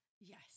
Yes